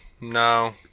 no